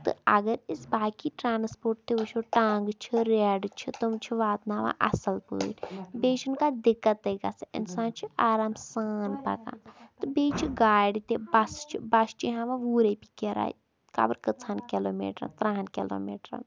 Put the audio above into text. تہٕ اگر أسۍ باقٕے ٹرٛانَسپوٹ تہِ وٕچھو ٹانٛگہٕ چھِ ریڈٕ چھِ تِم چھِ واتناوان اَصٕل پٲٹھۍ بیٚیہِ چھِنہٕ کانٛہہ دِکَتٕے گژھان اِنسان چھِ آرام سان پَکان تہٕ بیٚیہِ چھِ گاڑِ تہِ بَسہٕ چھِ بَسہٕ چھِ ہٮ۪وان وُہ رۄپیہِ کِراے خبر کٔژہَن کِلوٗمیٖٹرَن تٕرٛہَن کِلوٗمیٖٹرَن